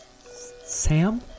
Sam